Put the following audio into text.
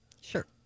Sure